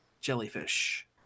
jellyfish